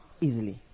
easily